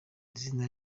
izina